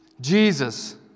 Jesus